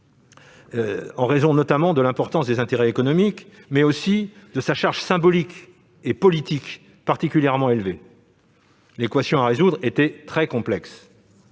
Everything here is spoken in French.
en raison non seulement de l'importance des intérêts économiques en jeu, mais aussi de sa charge symbolique et politique particulièrement élevée. L'équation à résoudre était très complexe.